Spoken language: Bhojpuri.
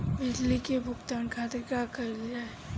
बिजली के भुगतान खातिर का कइल जाइ?